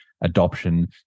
adoption